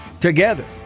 together